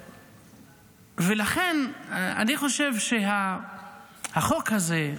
ולכן אני חושב שהחוק הזה,